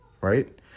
right